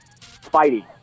fighting